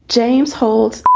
james hold.